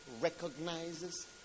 recognizes